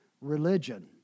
religion